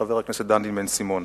חבר הכנסת דני בן-סימון,